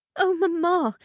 oh, mamma,